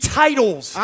titles